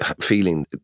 feeling